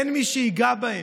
אין מי שייגע בהם.